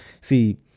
see